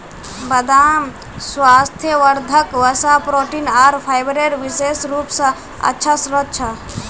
बदाम स्वास्थ्यवर्धक वसा, प्रोटीन आर फाइबरेर विशेष रूप स अच्छा स्रोत छ